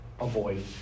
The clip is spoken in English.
Avoid